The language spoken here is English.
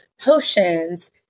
potions